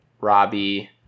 Robbie